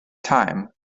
time